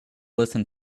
listen